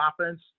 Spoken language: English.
offense